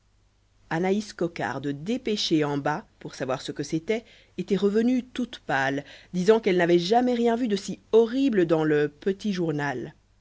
anaïs cocarde dépêchée en bas pour savoir ce que c'était était revenue toute pâle disant qu'elle n'avait jamais rien vu de si horrible dans le petit journal